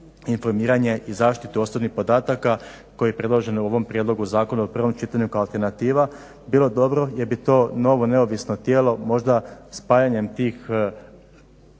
informiranje i zaštitu osobnih podataka koji je predložen u ovom prijedlogu zakona u prvom čitanju kao alternativa, bilo dobro jer bi to novo neovisno tijelo možda spajanjem tih